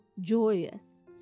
joyous